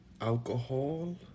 alcohol